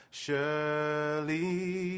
surely